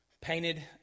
painted